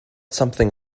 something